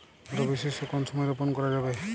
রবি শস্য কোন সময় রোপন করা যাবে?